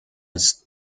its